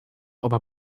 oba